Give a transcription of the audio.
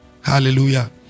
Hallelujah